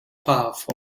powerful